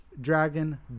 dragon